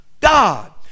God